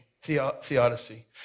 theodicy